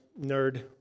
nerd